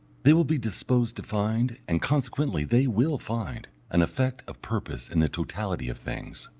they will be disposed to find, and consequently they will find, an effect of purpose in the totality of things.